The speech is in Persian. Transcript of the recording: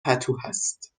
پتوهست